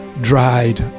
dried